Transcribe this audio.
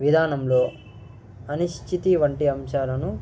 విధానంలో అనిశ్చిత వంటి అంశాలను